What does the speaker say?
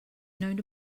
known